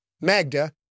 Magda